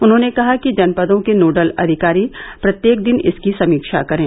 उन्होंने कहा कि जनपदों के नोडल अधिकारी प्रत्येक दिन इसकी समीक्षा करें